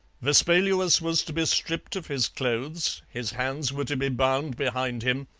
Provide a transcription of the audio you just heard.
vespaluus was to be stripped of his clothes, his hands were to be bound behind him,